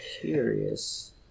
curious